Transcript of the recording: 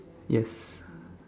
yes